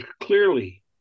clearly